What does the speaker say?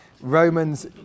Romans